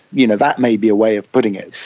you know that may be a way of putting it.